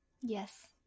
Yes